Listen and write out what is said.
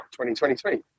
2023